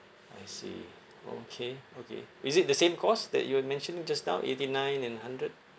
I see okay okay is it the same cost that you have mentioned just now eighty nine and hundred